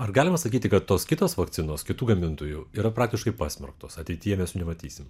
ar galima sakyti kad tos kitos vakcinos kitų gamintojų yra praktiškai pasmerktos ateities nematysime